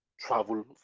travel